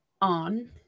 on